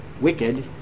wicked